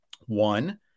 One